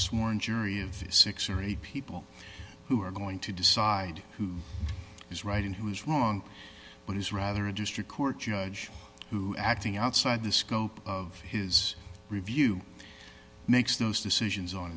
sworn jury of six or eight people who are going to decide who is right and who's wrong but is rather a district court judge who acting outside the scope of his review makes those decisions on